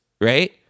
right